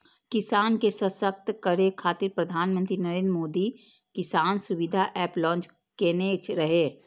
किसान के सशक्त करै खातिर प्रधानमंत्री नरेंद्र मोदी किसान सुविधा एप लॉन्च केने रहै